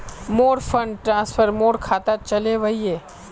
मोर fund transfer मोर खातात चले वहिये